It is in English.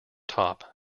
top